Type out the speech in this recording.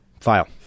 file